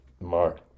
mark